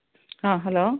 ആ ഹലോ